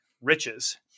riches